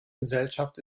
gesellschaft